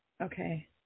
okay